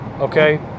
okay